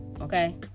okay